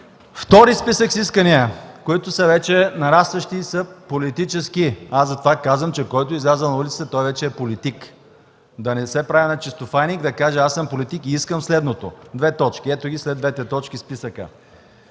Втори списък с искания, които са вече нарастващи и са политически. Аз затова казах, че който е излязъл на улицата, вече е политик. Да не се прави на чистофайник, да каже: „Аз съм политик и искам следното:”. Ето го списъка след двете точки: „1.